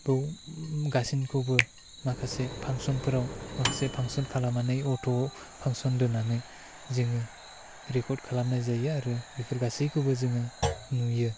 बेव गासैनिखौबो माखासे फांसन फोराव माखासे फांसन खालामनानै अट' फांसन दोन्नानै जोङो रेकर्ड खालामनाय जायो आरो बेफोर गासैखौबो जोङो नुयो